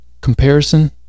Comparison